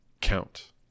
count